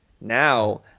now